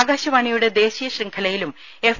ആകാശവാണിയുടെ ദേശീയ ശൃംഖലയിലും എഫ്